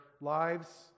lives